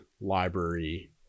library